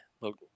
Look